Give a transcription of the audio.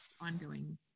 ongoing